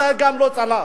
גם זה לא צלח.